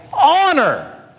honor